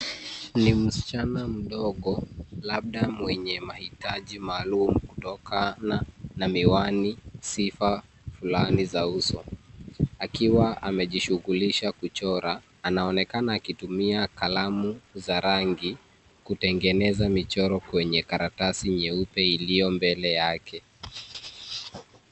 Ni msichana mdogo labda mwenye mahitaji maalum kutokana na miwani, sifa fulani za uso akiwa amejishughulisha kuchora. Anaonekana akitumia kalamu za rangi kutengeneza michoro kwenye karatasi nyeupe iliyo mbele yake.